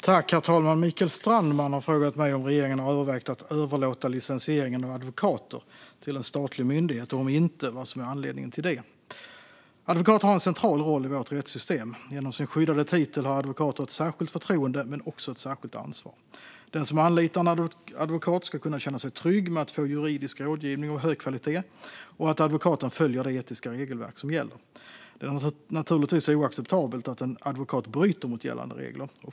Herr talman! Mikael Strandman har frågat mig om regeringen har övervägt att överlåta licensieringen av advokater till en statlig myndighet och om inte vad som är anledningen till detta. Advokater har en central roll i vårt rättssystem. Genom sin skyddade titel har advokater ett särskilt förtroende men också ett särskilt ansvar. Den som anlitar en advokat ska kunna känna sig trygg med att få juridisk rådgivning av hög kvalitet och att advokaten följer det etiska regelverk som gäller. Det är naturligtvis oacceptabelt att en advokat bryter mot gällande regler.